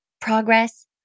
progress